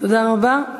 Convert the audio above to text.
תודה רבה.